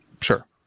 Sure